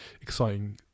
exciting